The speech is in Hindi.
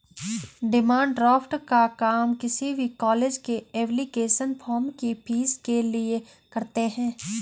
डिमांड ड्राफ्ट का काम किसी भी कॉलेज के एप्लीकेशन फॉर्म की फीस के लिए करते है